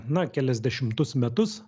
na keliasdešimtus metus